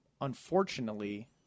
Unfortunately